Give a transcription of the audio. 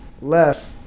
left